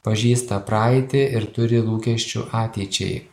pažįsta praeitį ir turi lūkesčių ateičiai